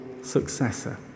successor